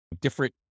different